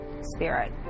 spirit